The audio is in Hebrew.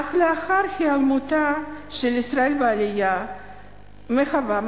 אך לאחר היעלמותה של ישראל בעלייה מהבמה